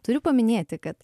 turiu paminėti kad